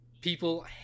people